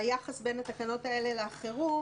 על היחס בין התקנות האלה לחירום,